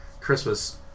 Christmas